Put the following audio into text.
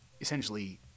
essentially